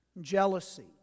Jealousy